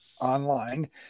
online